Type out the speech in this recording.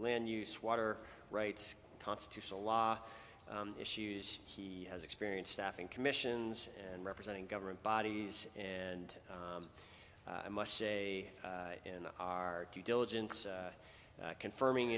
land use water rights constitutional law issues he has experience staffing commissions and representing government bodies and i must say in our due diligence confirming